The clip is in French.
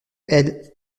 elles